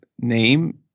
name